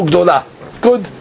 Good